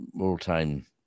all-time